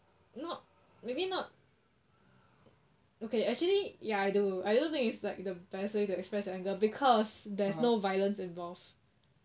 not maybe not okay actually ya I do I don't think it's like the best way to express your anger because there is no violence involve